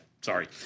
sorry